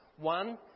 one